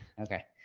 okay.